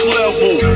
level